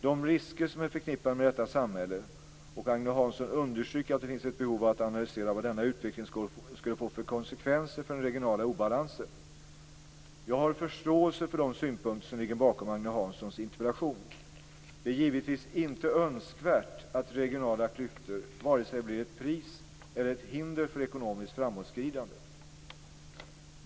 De risker som är förknippade med detta framhålls, och Agne Hansson understryker att det finns ett behov av att analysera vad denna utveckling skulle få för konsekvenser för den regionala obalansen. Jag har förståelse för de synpunkter som ligger bakom Agne Hanssons interpellation. Det är givetvis inte önskvärt att regionala klyftor vare sig blir ett pris eller ett hinder för ekonomiskt framåtskridande.